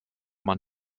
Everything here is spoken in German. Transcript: man